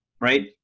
right